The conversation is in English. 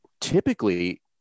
typically